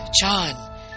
John